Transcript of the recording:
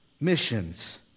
missions